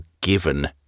given